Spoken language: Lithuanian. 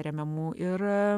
remiamų ir